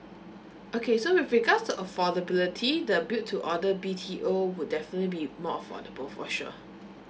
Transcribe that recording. okay so with regards to affordability the build to order B_T_O would definitely be more affordable for sure